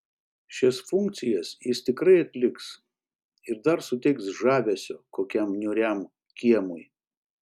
šias funkcijas jis tikrai atliks ir dar suteiks žavesio kokiam niūriam kiemui